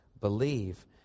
believe